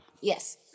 Yes